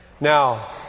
now